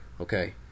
okay